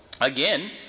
Again